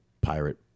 pirate